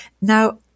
Now